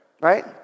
Right